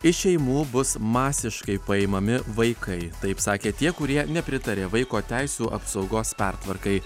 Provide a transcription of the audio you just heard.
iš šeimų bus masiškai paimami vaikai taip sakė tie kurie nepritaria vaiko teisių apsaugos pertvarkai